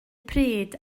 pryd